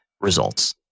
results